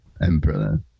emperor